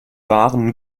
waren